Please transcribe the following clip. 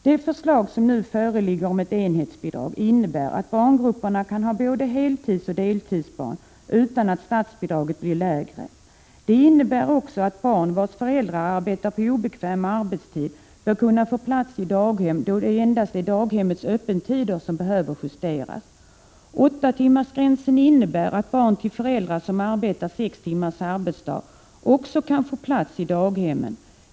Det förslag som nu föreligger om ett enhetsbidrag innebär att barngrupperna kan ha både heltidsbarn och deltidsbarn utan att statsbidraget blir lägre. Detta innebär också att barn vilkas föräldrar arbetar på obekväm arbetstid bör kunna få plats i daghem, då det endast är daghemmets öppettider som behöver justeras. 8-timmarsgränsen innebär att barn till föräldrar som arbetar 6-timmarsdag också kan få plats i daghemmen.